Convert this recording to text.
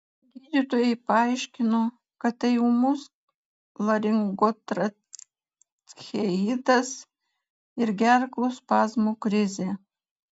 gydytojai paaiškino kad tai ūmus laringotracheitas ir gerklų spazmų krizė